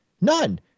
None